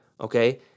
okay